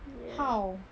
ya